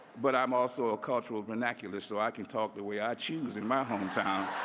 but i'm also a cultural vernacularist, so i can talk the way i choose in my hometown